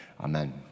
amen